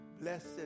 Blessed